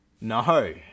No